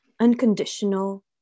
Unconditional